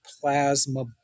plasma